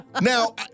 Now